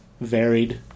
varied